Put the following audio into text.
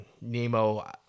Nemo